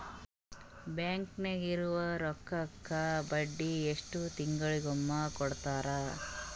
Bank ನಾಗಿರೋ ರೊಕ್ಕಕ್ಕ ಬಡ್ಡಿ ಎಷ್ಟು ತಿಂಗಳಿಗೊಮ್ಮೆ ಕೊಡ್ತಾರ?